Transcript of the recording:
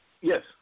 Yes